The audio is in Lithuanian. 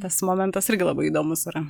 tas momentas irgi labai įdomus yra